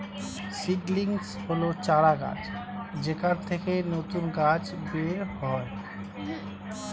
seedlings হল চারাগাছ যেখান থেকে নতুন গাছ বের হয়